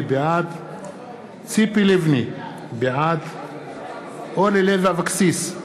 בעד ציפי לבני, בעד אורלי לוי אבקסיס,